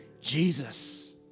Jesus